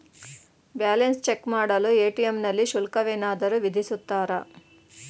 Balance check ಮಾಡಲು ATM ನಲ್ಲಿ ಶುಲ್ಕವೇನಾದರೂ ವಿಧಿಸುತ್ತಾರಾ?